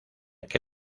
que